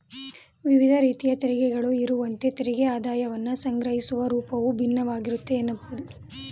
ವಿವಿಧ ರೀತಿಯ ತೆರಿಗೆಗಳು ಇರುವಂತೆ ತೆರಿಗೆ ಆದಾಯವನ್ನ ಸಂಗ್ರಹಿಸುವ ರೂಪವು ಭಿನ್ನವಾಗಿರುತ್ತೆ ಎನ್ನಬಹುದು